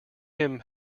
him